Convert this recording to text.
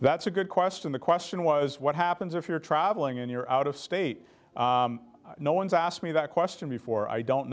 that's a good question the question was what happens if you're traveling and you're out of state no one's asked me that question before i don't